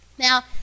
Now